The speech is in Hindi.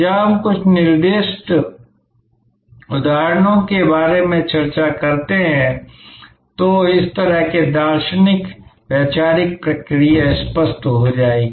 जब हम कुछ निर्दिष्ट उदाहरणों के बारे में चर्चा करते हैं तो इस तरह के दार्शनिक वैचारिक प्रक्रिया स्पष्ट हो जाएगी